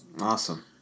awesome